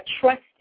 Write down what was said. trusted